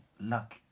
luck